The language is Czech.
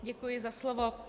Děkuji za slovo.